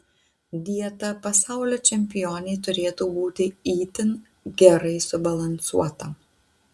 dieta pasaulio čempionei turėtų būti itin gerai subalansuota